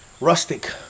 rustic